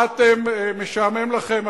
מה, אתם, משעמם לכם?